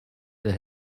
that